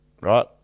right